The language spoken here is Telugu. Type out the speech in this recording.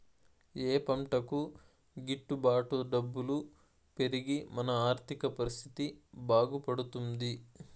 ఏ పంటకు గిట్టు బాటు డబ్బులు పెరిగి మన ఆర్థిక పరిస్థితి బాగుపడుతుంది?